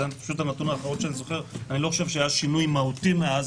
שזה הנתון האחרון שאני זוכר ואני לא חושב שהיה שינוי מהותי מאז